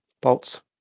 bolts